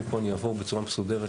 מפה אני אעבור בצורה מסודרת